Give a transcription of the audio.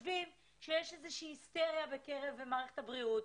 שיש איזו שהיא היסטריה במערכת הבריאות.